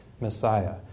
Messiah